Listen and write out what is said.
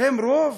הם רוב?